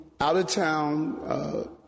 out-of-town